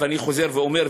ואני חוזר ואומר,